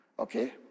Okay